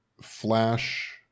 flash